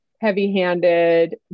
heavy-handed